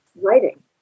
writing